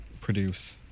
produce